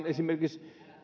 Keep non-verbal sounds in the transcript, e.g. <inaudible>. <unintelligible> esimerkiksi